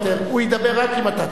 הוא ידבר רק אם אתה תדבר.